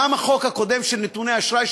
גם החוק הקודם של נתוני האשראי,